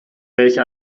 welche